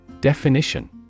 Definition